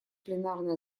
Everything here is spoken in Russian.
пленарное